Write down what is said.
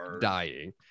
dying